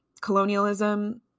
colonialism